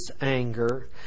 anger